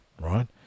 right